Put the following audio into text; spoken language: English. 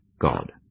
God